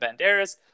Banderas